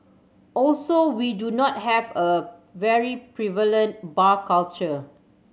also we do not have a very prevalent bar culture